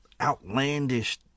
outlandish